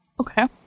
Okay